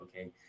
Okay